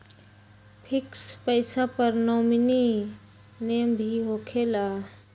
Fix पईसा पर nominee name भी होकेला?